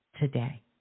today